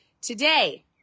today